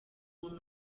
umuntu